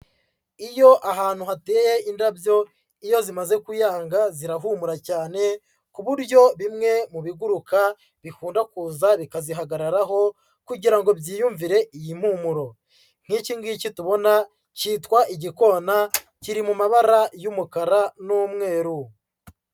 Iyo ahantu hateye indabyo iyo zimaze kuyanga zirahumura cyane, ku buryo bimwe mu biguruka bikunda kuza bikazihagararaho kugira ngo byiyumvire iyi mpumuro. Nk'iki ngiki tubona cyitwa igikona kiri mu mabara y'umukara n'umweru.